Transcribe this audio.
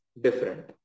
different